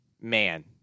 man